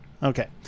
Okay